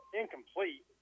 incomplete